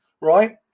Right